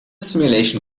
simulation